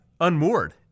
unmoored